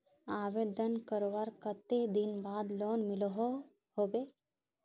आवेदन करवार कते दिन बाद लोन मिलोहो होबे?